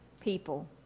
people